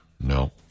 No